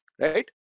right